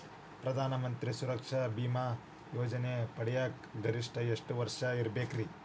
ಪ್ರಧಾನ ಮಂತ್ರಿ ಸುರಕ್ಷಾ ಭೇಮಾ ಯೋಜನೆ ಪಡಿಯಾಕ್ ಗರಿಷ್ಠ ಎಷ್ಟ ವರ್ಷ ಇರ್ಬೇಕ್ರಿ?